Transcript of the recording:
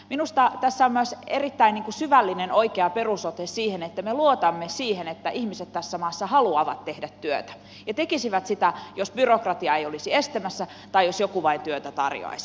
minusta tässä on myös erittäin syvällinen oikea perusote siihen että me luotamme siihen että ihmiset tässä maassa haluavat tehdä työtä ja tekisivät sitä jos byrokratia ei olisi estämässä tai jos joku vain työtä tarjoaisi